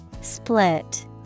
Split